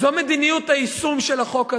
זו מדיניות היישום של החוק הזה.